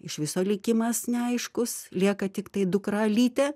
iš viso likimas neaiškus lieka tiktai dukra alytė